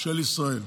של ישראל.